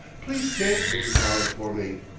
please thank mrs. hallam for me.